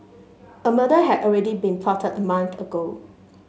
a murder had already been plotted a month ago